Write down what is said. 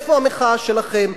איפה המחאה שלכם,